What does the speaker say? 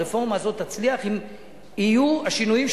הרפורמה הזאת תצליח אם יהיו השינויים,